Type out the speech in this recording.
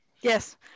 Yes